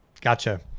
Gotcha